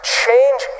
change